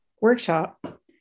workshop